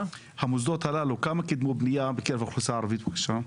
המוסדות הללו כמה קידמו בנייה בקרב האוכלוסייה הערבית בבקשה?